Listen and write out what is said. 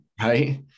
Right